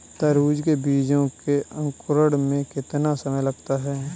तरबूज के बीजों के अंकुरण में कितना समय लगता है?